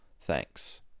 Thanks